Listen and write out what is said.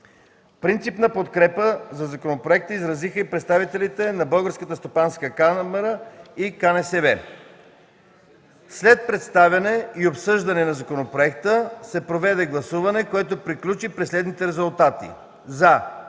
Принципна подкрепа за законопроекта изразиха и представителите на Българската стопанска камара и КНСБ. След представяне и обсъждане на законопроекта се проведе гласуване, което приключи при следните резултати: „за”